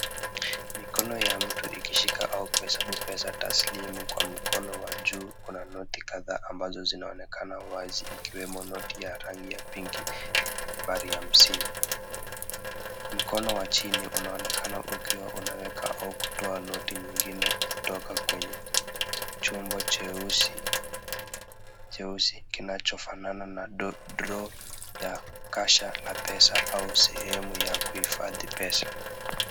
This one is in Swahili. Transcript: Mikono ya mtu ikishika au kuhesabu pesa taslimu kwa mkono wa juu kuna noti kadhaa ambazo zinaonekana wazi ikiwemo noti ya rangi ya pinki yenye nambari hamsini. Mkono wa chini unaonekana ukiwa unaweka au kutoa noti nyingine kutoka kwenye chombo cheusi kinachofanana na drawer ya kasha la pesa au sehemu ya kuhifadhi pesa.